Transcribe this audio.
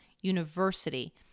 university